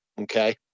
okay